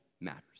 matters